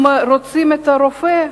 אם רוצים רופא,